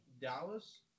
Dallas